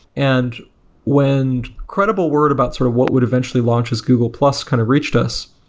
and when credible word about sort of what would eventually launched as google plus kind of reached us.